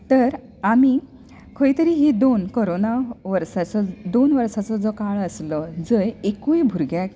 तर आमी खंय तरी ही दोन कोरोना वर्साचो दोन वर्साचो जो काळ आसलो जंय एकूय भुरग्यांक